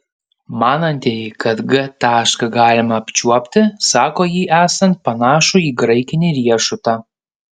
manantieji kad g tašką galima apčiuopti sako jį esant panašų į graikinį riešutą